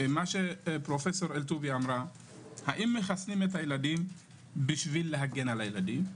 מה שפרופ' אלטוביה אמרה - האם מחסנים את הילדים בשביל להגן עליהם,